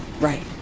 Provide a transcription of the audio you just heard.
right